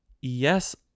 Yes